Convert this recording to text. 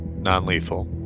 Non-lethal